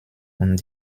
und